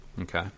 Okay